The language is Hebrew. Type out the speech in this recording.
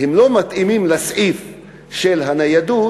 הם לא מתאימים לסעיף של הניידות,